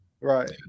right